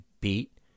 beat